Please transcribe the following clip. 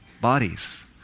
bodies